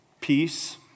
Peace